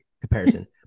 comparison